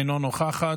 אינה נוכחת.